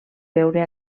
veure